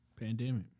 Pandemic